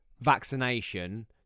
vaccination